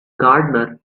gardener